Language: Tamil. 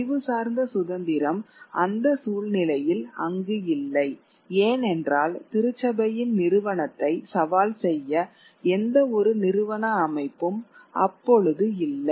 அறிவார்ந்த சுதந்திரம் அந்த சூழ்நிலையில் அங்கு இல்லை ஏனென்றால் திருச்சபையின் நிறுவனத்தை சவால் செய்ய எந்த ஒரு நிறுவன அமைப்பும் அப்பொழுது இல்லை